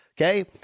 Okay